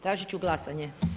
Tražit ću glasanje.